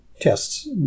tests